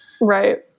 Right